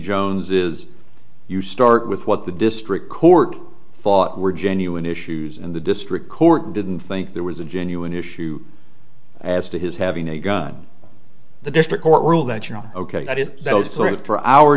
jones is you start with what the district court thought were genuine issues and the district court didn't think there was a genuine issue as to his having a gun the district court ruled that you know ok that if that was